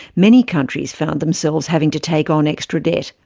many countries found themselves having to take on extra debt,